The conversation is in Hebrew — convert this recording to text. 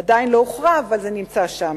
עדיין לא הוכרע, אבל זה נמצא שם.